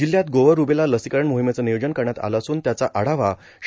जिल्ह्यात गोवर रुबेला लसीकरण मोहिमेचं नियोजन करण्यात आलं असून त्याचा आढावा श्री